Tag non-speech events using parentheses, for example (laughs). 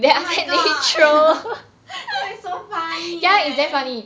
oh my god (laughs) that's so funny eh